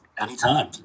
anytime